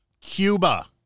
Cuba